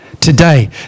today